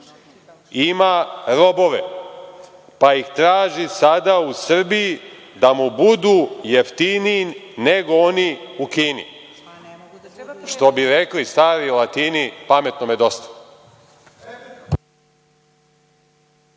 ima robove, pa ih traži sada u Srbiji da mu budu jeftiniji nego oni u Kini. Što bi rekli stari Latini, pametnome dosta.(Balša